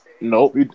Nope